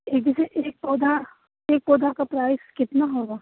ये जैसे एक पौधा एक पौधा का प्राइस कितना होगा